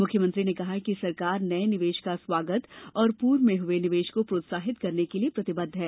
मुख्यमंत्री ने कहा कि सरकार नए निवेश का स्वागत और पूर्व में हुए निवेश को प्रोत्साहित करने के लिए प्रतिबद्ध है